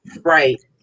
Right